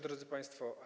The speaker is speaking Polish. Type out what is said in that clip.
Drodzy Państwo!